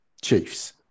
chiefs